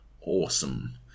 awesome